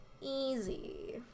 Easy